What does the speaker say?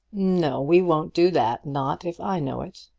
no we won't do that not if i know it.